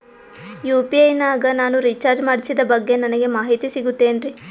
UPI ನಾಗ ನಾನು recharge ಮಾಡಿಸಿದ ಬಗ್ಗೆ ನನಗೆ ಮಾಹಿತಿ ಸಿಗುತೇನ್ರೀ?